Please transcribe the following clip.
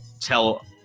tell